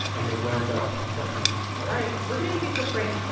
and they wound up not doing it all right. we're going to take a quick break.